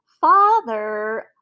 father